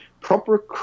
proper